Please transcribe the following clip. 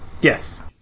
Yes